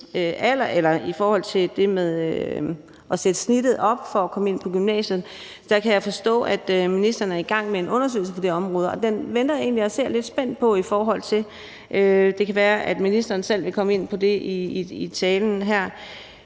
mange. I forhold til det med at sætte snittet for at kunne komme ind på gymnasiet op kan jeg forstå, at ministeren er i gang med en undersøgelse på det område, og den venter jeg egentlig lidt spændt på at se resultatet af. Det kan være, at ministeren selv vil komme ind på det i sin tale her.